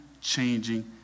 changing